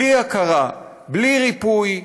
בלי הכרה, בלי ריפוי,